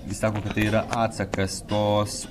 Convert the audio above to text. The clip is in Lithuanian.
jis sako kad tai yra atsakas tos